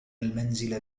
المنزل